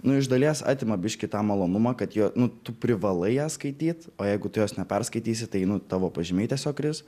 nu iš dalies atima biškį tą malonumą kad jo nu tu privalai ją skaityt o jeigu tu jos neperskaitysi tai nu tavo pažymiai tiesiog kris